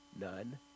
None